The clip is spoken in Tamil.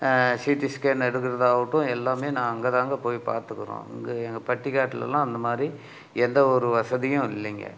சிடி ஸ்கேன் எடுக்குறதாவுட்டும் எல்லாமே நான் அங்க தாங்க போய் பார்த்துக்குறோம் இங்கே எங்கள் பட்டிக்காட்டுலலாம் அந்த மாரி எந்த ஒரு வசதியும் இல்லைங்க